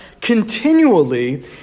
continually